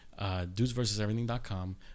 dudesversuseverything.com